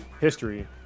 history